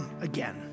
again